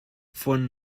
von